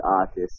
artist